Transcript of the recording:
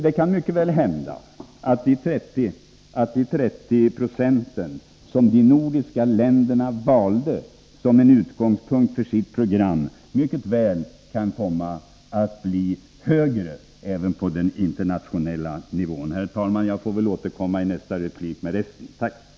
Det kan mycket väl hända att siffran 30 26, som de nordiska länderna valde som en utgångspunkt för sitt program, kan komma att bli högre, även på den internationella nivån. Herr talman! Jag får återkomma i nästa replik med resterande synpunkter.